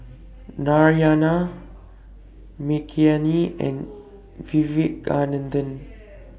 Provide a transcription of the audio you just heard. Narayana Makineni and Vivekananda